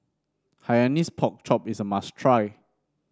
Hainanese Pork Chop is a must try